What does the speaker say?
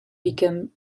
became